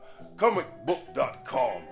Comicbook.com